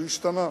הוא השתנה.